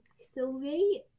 Sylvie